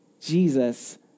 Jesus